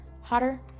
hotter